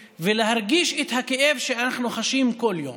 ולהרגיש את הכאב שאנחנו חשים כל יום.